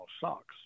socks